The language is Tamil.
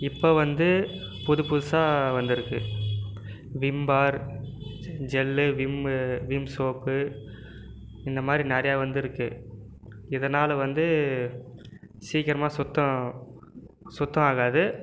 இப்போ வந்து புது புதுசாக வந்திருக்கு Vim bar gel Vim Vim soap இந்த மாதிரி நிறையா வந்திருக்கு இதனால் வந்து சீக்கிரமாக சுத்தம் சுத்தம் ஆகாது